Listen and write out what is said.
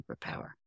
superpower